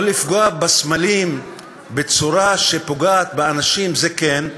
לא לפגוע בסמלים בצורה שפוגעת באנשים, זה כן,